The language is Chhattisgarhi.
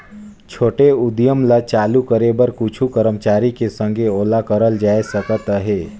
छोटे उद्यम ल चालू करे बर कुछु करमचारी के संघे ओला करल जाए सकत अहे